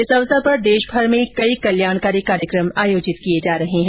इस अवसर पर देशभर में कई कल्याणकारी कार्यक्रम आयोजित किए जा रहे हैं